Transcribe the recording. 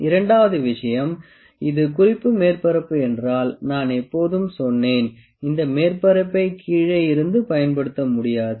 இரண்டாவது விஷயம் இது குறிப்பு மேற்பரப்பு என்றால் நான் எப்போதும் சொன்னேன் இந்த மேற்பரப்பை கீழே இருந்து பயன்படுத்த முடியாது